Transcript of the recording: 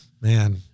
Man